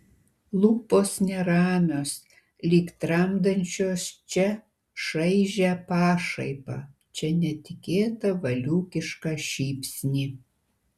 lūpos neramios lyg tramdančios čia šaižią pašaipą čia netikėtą valiūkišką šypsnį